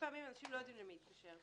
פעמים אנשים לא יודעים למי להתקשר.